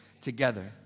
together